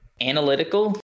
Analytical